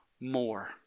more